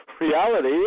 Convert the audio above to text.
reality